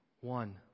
One